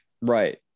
Right